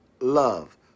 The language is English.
Love